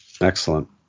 Excellent